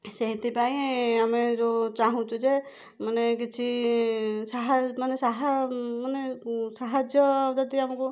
ସେଇଥିପାଇଁ ଆମେ ଯୋଉ ଚାହୁଁଛୁ ଯେ ମାନେ କିଛି ସାହା ମାନେ ମାନେ ସାହା ସାହାର୍ଯ୍ୟ ଯଦି ଆମକୁ